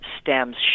stems